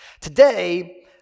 Today